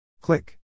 Click